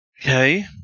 Okay